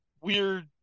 weird